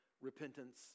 repentance